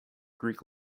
greek